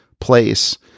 place